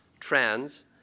trans